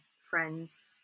friends